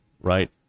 right